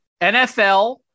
NFL